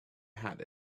had